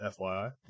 FYI